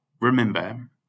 Remember